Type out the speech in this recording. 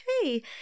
okay